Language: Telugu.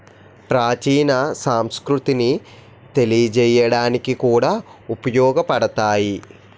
ప్రాచీన సంస్కృతిని తెలియజేయడానికి కూడా ఉపయోగపడతాయి